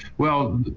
well,